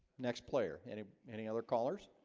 next player and ah any other callers